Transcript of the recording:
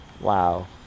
Wow